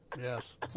Yes